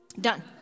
Done